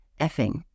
effing